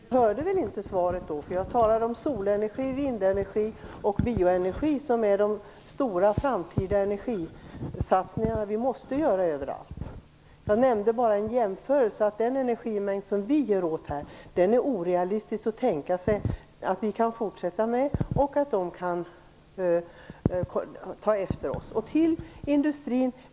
Herr talman! Göran Lennmarker verkar inte ha hört svaret, för jag talade om solenergi, vindenergi och bioenergi som är de stora samtida energisatsningar som måste göras överallt. Jag nämnde bara att den energimängd som vi förbrukar i fortsättningen blir orealistisk att tänka sig och att det är omöjligt för dessa länder att ta efter oss. Så över till industrin.